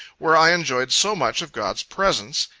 where i enjoyed so much of god's presence,